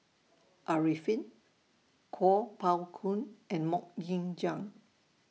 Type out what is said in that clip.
Arifin Kuo Pao Kun and Mok Ying Jang